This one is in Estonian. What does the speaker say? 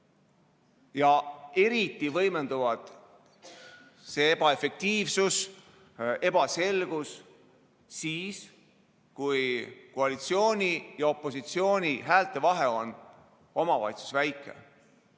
Eriti võimenduvad see ebaefektiivsus ja ebaselgus siis, kui koalitsiooni ja opositsiooni häälte vahe on omavalitsuses väike.